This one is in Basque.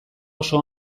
oso